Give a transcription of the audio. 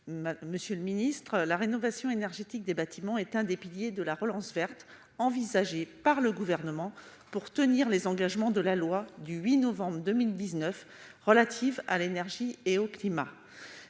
monsieur le ministre, la rénovation énergétique des bâtiments est un des piliers de la relance verte envisagée par le gouvernement pour tenir les engagements de la loi du 8 novembre 2019 relatives à l'énergie et au climat